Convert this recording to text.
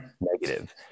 negative